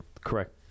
correct